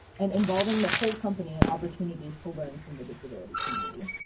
and involving the whole company and opportunities to learn from the disability community.